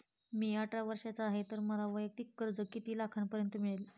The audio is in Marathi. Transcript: मी अठरा वर्षांचा आहे तर मला वैयक्तिक कर्ज किती लाखांपर्यंत मिळेल?